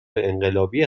انقلابی